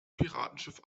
piratenschiff